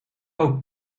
ook